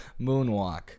moonwalk